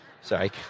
Sorry